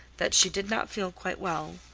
that she did not feel quite well,